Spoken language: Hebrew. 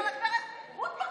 הוא של הגב' רות מרגלית,